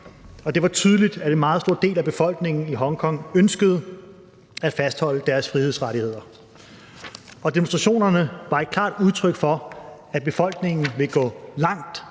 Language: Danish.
det var tydeligt, at en meget stor del af befolkningen i Hongkong ønskede at fastholde sine frihedsrettigheder. Demonstrationerne var et klart udtryk for, at befolkningen vil gå langt